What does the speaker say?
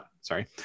sorry